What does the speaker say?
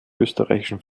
österreichischen